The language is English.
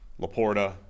Laporta